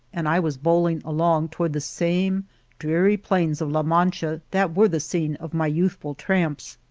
and i was bowling along toward the same dreary plains of la mancha, that were the scene of my youthful tramps.